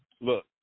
look